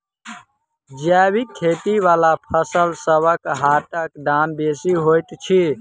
जैबिक खेती बला फसलसबक हाटक दाम बेसी होइत छी